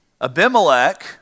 Abimelech